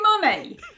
money